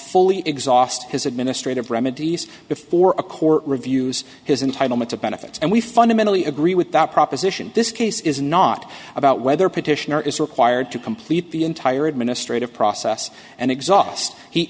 fully exhaust his administrative remedies before a court reviews his entitle me to benefits and we fundamentally agree with that proposition this case is not about whether petitioner is required to complete the entire administrative process and exhaust he